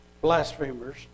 blasphemers